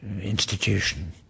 institution